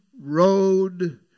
road